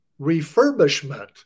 refurbishment